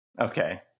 Okay